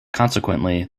consequently